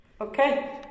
okay